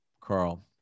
carl